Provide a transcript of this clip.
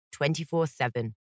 24-7